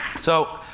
so